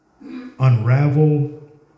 unravel